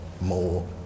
more